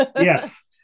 Yes